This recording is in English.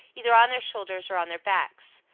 either on their shoulders or on their backs.